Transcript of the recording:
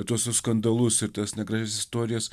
tuos skandalus ir tas negražias istorijas